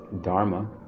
Dharma